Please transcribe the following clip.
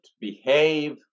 behave